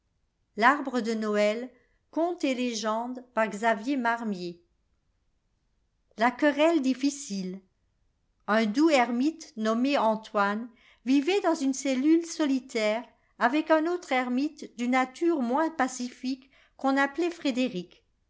la querelle difeicilë un doux ermite nomme antoine vivcit dans une cellule solitaire avec un autre ermite dune nature moins pacifique qu'on appelait frédéric